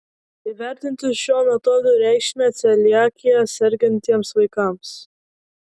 įvertinti šio metodo reikšmę celiakija sergantiems vaikams